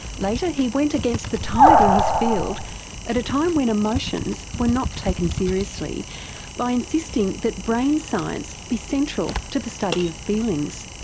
later he went against the tide in his field at a time when emotions were not taken seriously by insisting that brain science be central to the study of feelings.